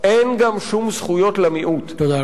אין גם שום זכויות למיעוט, תודה רבה.